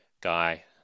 guy